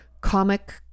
comic